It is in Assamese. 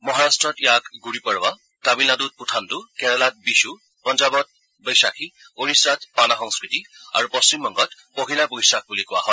মহাৰাট্টত ইয়াক গুড়িপড়ৱা তামিলনাডুত পুথাণ্ড কেৰালাত বিশু পঞ্জাবত বৈশাখি ওড়িশাত পানা সংস্কৃতি আৰু পশ্চিম বংগত পহিলা বৈচাখ বুলি কোৱা হয়